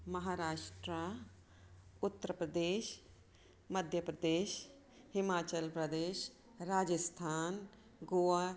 Maharashtra Uttar Pradesh Madhya Pradesh Himachal Pradesh Rajasthan Goa